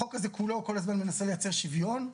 החוק הזה כולו כל הזמן מנסה לייצר שוויון,